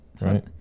right